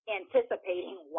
anticipating